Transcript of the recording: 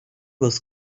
was